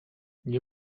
nie